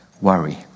worry